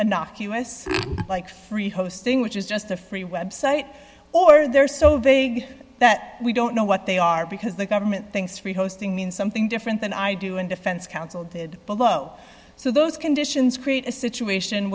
innocuous like free hosting which is just a free website or they're so big that we don't know what they are because the government thinks free hosting means something different than i do and defense counsel did below so those conditions create a situation